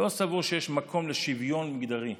לא סבור שיש מקום לשוויון מגדרי.